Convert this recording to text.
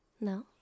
No